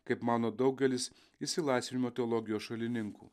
kaip mano daugelis išsilaisvinimo teologijos šalininkų